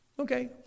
Okay